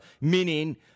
meaning